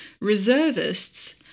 Reservists